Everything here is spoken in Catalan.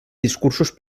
discursos